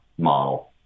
model